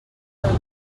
del